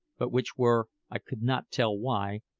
but which were, i could not tell why,